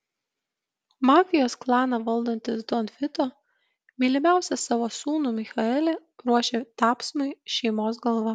mafijos klaną valdantis don vito mylimiausią savo sūnų michaelį ruošia tapsmui šeimos galva